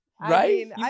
Right